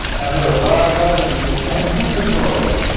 and there were a lot of other people standing in the doorway.